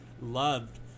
loved